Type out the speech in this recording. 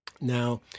Now